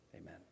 amen